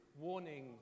warning